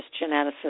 geneticist